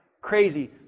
Crazy